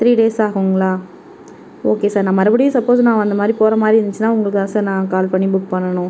three days ஆகுங்களா okay sir நான் மறுபடியும் சப்போஸ் நான் அந்த மாதிரி போகிற மாதிரி இருந்துச்சுன்னால் உங்களுக்கு தான் சார் நான் கால் பண்ணி புக் பண்ணணும்